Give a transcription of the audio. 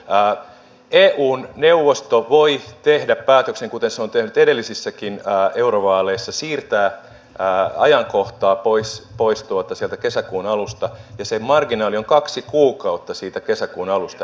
eun neuvosto voi tehdä päätöksen kuten se on tehnyt edellisissäkin eurovaaleissa siirtää ajankohtaa pois sieltä kesäkuun alusta ja se marginaali on kaksi kuukautta siitä kesäkuun alusta